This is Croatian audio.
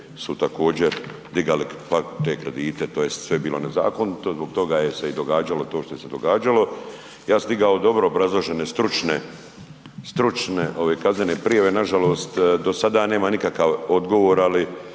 se ne razumije/…te kredite tj. sve je bilo nezakonito, zbog toga je se i događalo to što se događao, ja sam digao dobro obrazložene stručne, stručne, ove kaznene prijave, nažalost do sada ja nemam nikakav odgovor, ali